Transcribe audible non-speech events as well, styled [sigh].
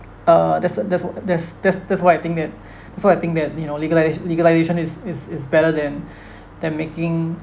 uh that's what that's what that's that's that's why I think that [breath] that's why I think that you know legaliz~ legalization is is is better than [breath] than making